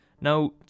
Now